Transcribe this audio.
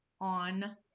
on